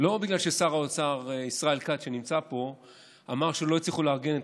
לא בגלל ששר האוצר ישראל כץ שנמצא פה אמר שהם לא הצליחו לארגן את